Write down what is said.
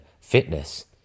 fitness